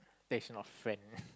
text a lot of friend